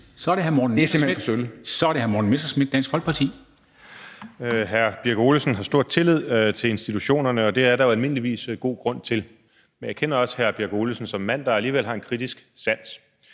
Så er det hr. Morten Messerschmidt, Dansk Folkeparti.